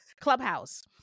Clubhouse